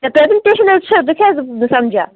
presentation حظ چھِ تُہۍ کیٛازِ نہٕ سمجان